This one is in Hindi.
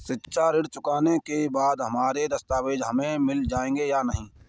शिक्षा ऋण चुकाने के बाद हमारे दस्तावेज हमें मिल जाएंगे या नहीं?